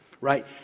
right